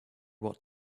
what